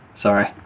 sorry